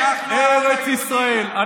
אנחנו בארץ ישראל.